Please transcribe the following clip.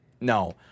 No